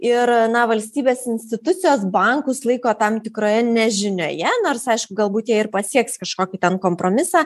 ir na valstybės institucijos bankus laiko tam tikroje nežinioje nors aišku galbūt jie ir pasieks kažkokį kompromisą